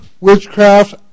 witchcraft